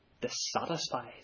dissatisfied